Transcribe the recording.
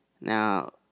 Now